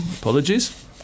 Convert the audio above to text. Apologies